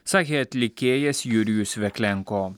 sakė atlikėjas jurijus veklenko